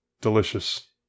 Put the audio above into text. delicious